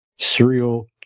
Serial